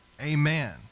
amen